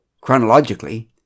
Chronologically